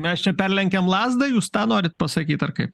mes čia perlenkiam lazdą jūs tą norite pasakyt ar kaip